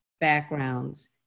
backgrounds